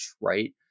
right